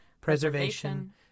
preservation